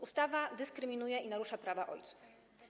Ustawa dyskryminuje i narusza prawa ojców.